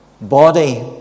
body